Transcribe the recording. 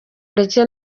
ndetse